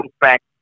back